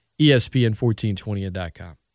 ESPN1420.com